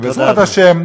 ובעזרת ה',